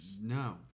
No